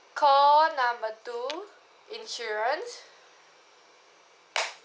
call number two insurance